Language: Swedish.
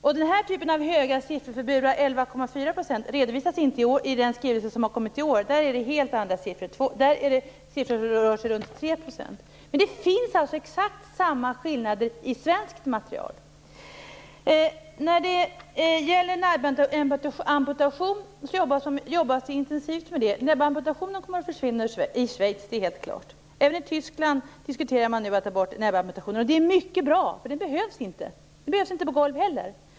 Så här höga siffror för burar - 11,4 %- redovisas inte i den skrivelse som har kommit i år. Där är det helt andra siffror. Där rör det sig om 3 %. Men det finns alltså exakt samma skillnader i svenskt material. När det gäller näbbamputation jobbas det intensivt. Näbbamputationen kommer att försvinna i Schweiz; det är helt klart. Även i Tyskland diskuterar man nu att ta bort näbbamputationen. Det är mycket bra, eftersom den inte behövs. Den behövs inte på golv heller.